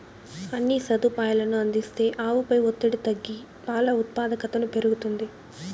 అన్ని సదుపాయాలనూ అందిస్తే ఆవుపై ఒత్తిడి తగ్గి పాల ఉత్పాదకతను పెరుగుతుంది